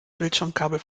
bildschirmkabel